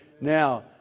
Now